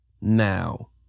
Now